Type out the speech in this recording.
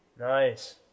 Nice